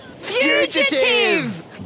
Fugitive